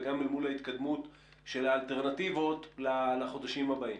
וגם אל מול ההתקדמות של האלטרנטיבות לחודשים הבאים,